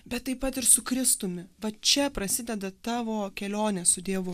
bet taip pat ir su kristumi va čia prasideda tavo kelionė su dievu